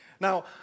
Now